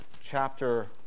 chapter